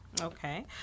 Okay